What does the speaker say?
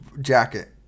jacket